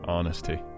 Honesty